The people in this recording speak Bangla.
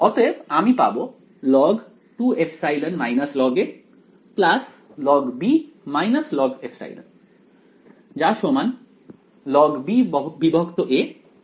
অতএব আমি পাব log2ε log log logε logba log